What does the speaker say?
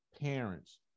parents